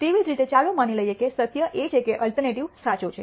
તેવી જ રીતે ચાલો માની લઈએ કે સત્ય એ છે કે અલ્ટરનેટિવ સાચો છે